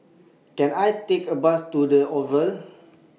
Can I Take A Bus to The Oval